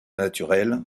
naturel